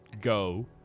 Go